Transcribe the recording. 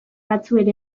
batzuen